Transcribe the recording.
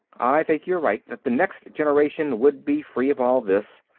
i think you're right that the next generation would be free of all this,